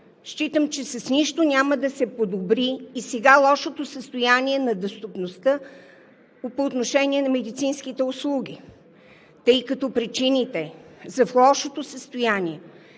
Считам, че с нищо няма да се подобри и сега лошото състояние на достъпността по отношение на медицинските услуги. Тъй като причините за лошото състояние